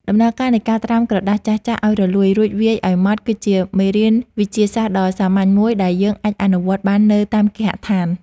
ដំណើរការនៃការត្រាំក្រដាសចាស់ៗឱ្យរលួយ រួចវាយឱ្យម៉ត់គឺជាមេរៀនវិទ្យាសាស្ត្រដ៏សាមញ្ញមួយ ដែលយើងអាចអនុវត្តបាននៅតាមគេហដ្ឋាន។